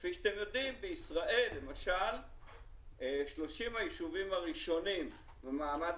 וכפי שאתם יודעים בישראל למשל 30 הישובים הראשונים במעמד